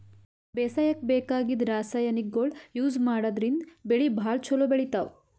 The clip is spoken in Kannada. ಬೇಸಾಯಕ್ಕ ಬೇಕಾಗಿದ್ದ್ ರಾಸಾಯನಿಕ್ಗೊಳ್ ಯೂಸ್ ಮಾಡದ್ರಿನ್ದ್ ಬೆಳಿ ಭಾಳ್ ಛಲೋ ಬೆಳಿತಾವ್